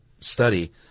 study